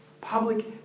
public